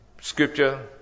scripture